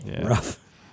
rough